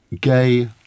gay